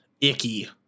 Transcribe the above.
icky